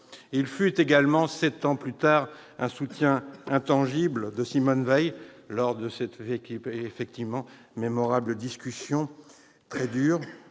fut également, sept ans plus tard, un soutien intangible de Simone Veil lors de la mémorable discussion, très dure,